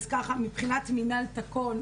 אז ככה מבחינת מנהל תקין,